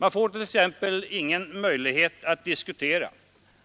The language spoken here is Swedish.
Man får t.ex. ingen möjlighet att diskutera